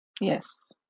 Yes